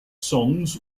songs